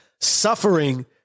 Suffering